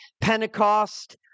Pentecost